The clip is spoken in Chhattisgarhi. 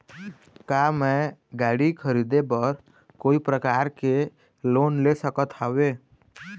का मैं गाड़ी खरीदे बर कोई प्रकार के लोन ले सकत हावे?